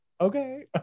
Okay